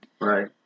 Right